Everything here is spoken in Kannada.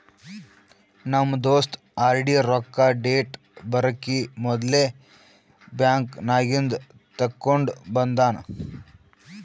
ನಮ್ ದೋಸ್ತ ಆರ್.ಡಿ ರೊಕ್ಕಾ ಡೇಟ್ ಬರಕಿ ಮೊದ್ಲೇ ಬ್ಯಾಂಕ್ ನಾಗಿಂದ್ ತೆಕ್ಕೊಂಡ್ ಬಂದಾನ